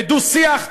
בדו-שיח,